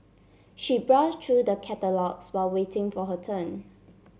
she browse through the catalogues while waiting for her turn